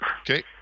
Okay